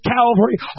Calvary